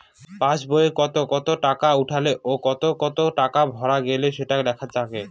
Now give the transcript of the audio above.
pass বইতে কত কত টাকা উঠলো ও কত কত টাকা ভরা গেলো সেটা লেখা থাকে